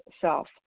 self